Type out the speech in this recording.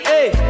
Hey